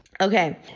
Okay